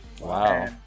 Wow